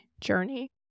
journey